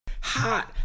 Hot